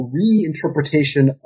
reinterpretation